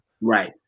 Right